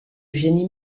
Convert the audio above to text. génie